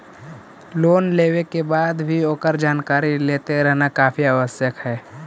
loan लेवे के बाद भी ओकर जानकारी लेते रहना काफी आवश्यक हइ